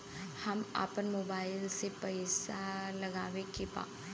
हम आपन मोबाइल में पैसा डलवावे के बा?